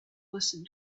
listen